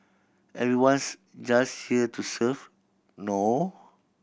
everyone's just here to serve no